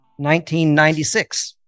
1996